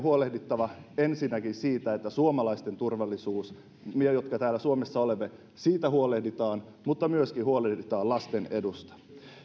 huolehdittava ensinnäkin siitä että suomalaisten ja meidän jotka täällä suomessa olemme turvallisuudesta huolehditaan mutta myöskin huolehditaan lasten edusta